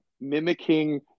mimicking